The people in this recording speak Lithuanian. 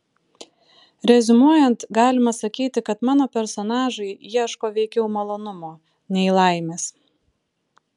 reziumuojant galima sakyti kad mano personažai ieško veikiau malonumo nei laimės